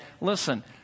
listen